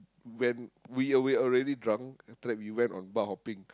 when we are we already drunk after that we went on bar hopping